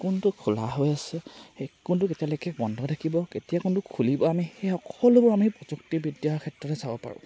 কোনটো খোলা হৈ আছে সেই কোনটো কেতিয়ালৈকে বন্ধ হৈ থাকিব কেতিয়া কোনটো খুলিব আমি সেই সকলোবোৰ আমি প্ৰযুক্তিবিদ্যাৰ ক্ষেত্ৰতে চাব পাৰোঁ